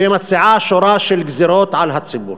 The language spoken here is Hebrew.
ומציעה שורה של גזירות על הציבור.